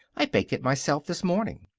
i baked it myself this morning.